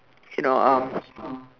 you know um